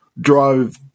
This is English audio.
drove